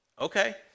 okay